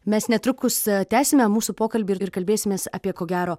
mes netrukus tęsime mūsų pokalbį ir ir kalbėsimės apie ko gero